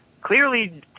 clearly